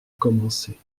commencer